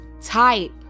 type